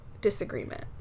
disagreement